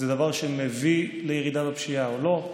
זה דבר שמביא לירידה בפשיעה או לא.